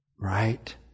Right